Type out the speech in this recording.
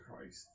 Christ